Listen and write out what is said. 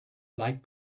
like